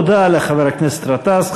תודה לחבר הכנסת גטאס.